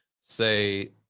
say